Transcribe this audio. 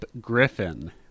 griffin